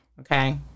Okay